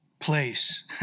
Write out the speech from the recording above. place